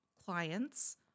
clients